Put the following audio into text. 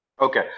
Okay